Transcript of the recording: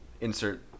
insert